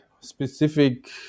specific